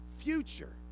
future